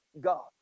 God